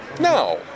No